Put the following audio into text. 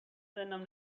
سنم